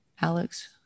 Alex